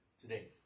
today